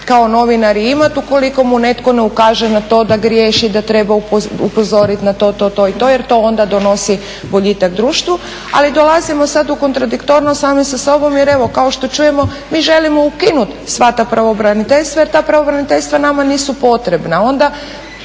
kao novinar i imati ukoliko mu netko ne ukaže na to da griješe, da treba upozoriti na to, to i to, jer to onda donosi boljitak društvu. Ali dolazimo sad u kontradiktornost sami sa sobom jer evo kao što čujemo mi želimo ukinut sva ta pravobraniteljstva, jer ta pravobraniteljstva nama nisu potrebna.